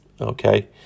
Okay